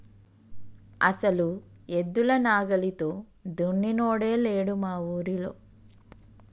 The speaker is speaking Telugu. అసలు ఎద్దుల నాగలితో దున్నినోడే లేడు మా ఊరిలో